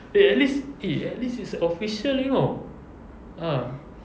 eh at least eh at least it's official you know ah